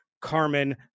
Carmen